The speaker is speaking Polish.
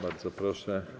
Bardzo proszę.